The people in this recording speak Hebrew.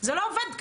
זה לא עובד ככה.